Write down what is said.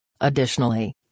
Additionally